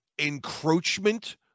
encroachment